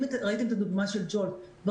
ראיתם את הדוגמה של Jolt,